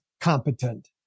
competent